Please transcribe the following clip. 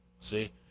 See